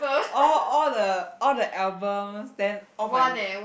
all all the all the album then all my